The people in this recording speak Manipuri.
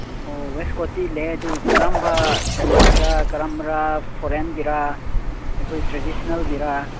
ꯑꯣ ꯋꯦꯁ ꯀꯣꯠꯇꯤ ꯂꯩꯌꯦ ꯑꯗꯨ ꯀꯔꯝꯕ ꯖꯇꯤꯒꯤꯔꯥ ꯀꯔꯝꯕꯔꯥ ꯐꯣꯔꯦꯟꯒꯤꯔꯥ ꯑꯩꯈꯣꯏ ꯇ꯭ꯔꯦꯗꯤꯁꯟꯅꯦꯜꯒꯤꯔꯥ